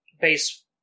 base